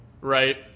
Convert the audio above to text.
right